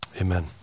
Amen